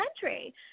country